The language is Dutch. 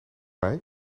mij